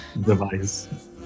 device